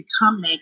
become